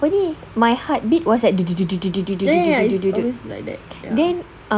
apa ini my heartbeat was like then